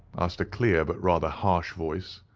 asked a clear but rather harsh voice.